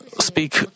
speak